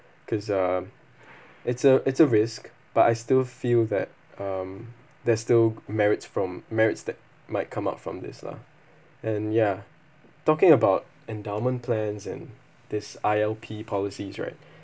cause um it's a it's a risk but I still feel that um there'rethere're still merits from merits that might come out from this lah and ya talking about endowment plans and this I_L_P policies right